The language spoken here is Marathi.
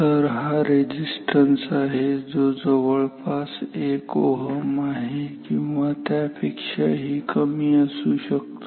तर हा रेझिस्टन्स आहे जो जवळपास 1Ω आहे किंवा त्यापेक्षाही कमी असू शकतो